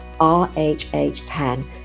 RHH10